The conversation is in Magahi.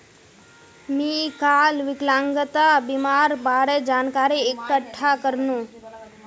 मी काल विकलांगता बीमार बारे जानकारी इकठ्ठा करनु